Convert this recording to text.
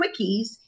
quickies